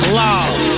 love